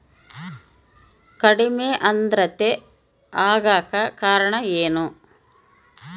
ಕಡಿಮೆ ಆಂದ್ರತೆ ಆಗಕ ಕಾರಣ ಏನು?